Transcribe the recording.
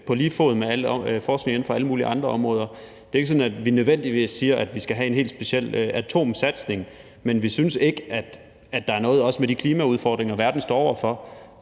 på lige fod med forskning inden for alle mulige andre områder. Det er ikke sådan, at vi nødvendigvis siger, at vi skal have en helt speciel atomsatsning, men vi synes ikke – også med de klimaudfordringer, som verden står over for,